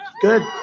Good